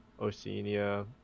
Oceania